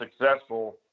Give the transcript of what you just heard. successful